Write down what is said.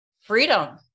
freedom